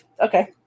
okay